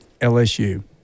LSU